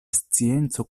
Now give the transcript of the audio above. scienco